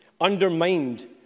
Undermined